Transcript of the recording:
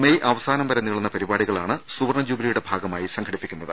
May അവസാനം വരെ നീളുന്നപരിപാ ടികളാണ് സുവർണ്ണ ജൂബിലിയുടെ ഭാഗമായിസംഘടിപ്പിക്കുന്നത്